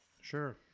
Sure